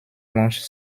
planches